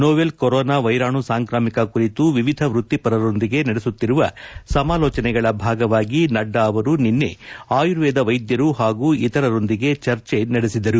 novel corona ವೈರಾಣು ಸಾಂಕ್ರಾಮಿಕ ಕುರಿತು ವಿವಿಧ ವೃತ್ತಿಪರರೊಂದಿಗೆ ನಡೆಸುತ್ತಿರುವ ಸಮಾಲೋಚನೆಗಳ ಭಾಗವಾಗಿ ನಡ್ಡಾ ಅವರು ನಿನ್ನೆ ಆಯುರ್ವೇದ ವೈದ್ಯರು ಹಾಗೂ ಇತರರೊಂದಿಗೆ ಚರ್ಚೆ ನಡೆಸಿದರು